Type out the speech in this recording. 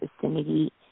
vicinity